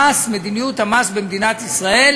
מדיניות המס במדינת ישראל